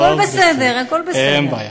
הכול בסדר, הכול בסדר.